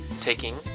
taking